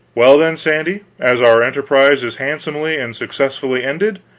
well, then, sandy, as our enterprise is handsomely and successfully ended,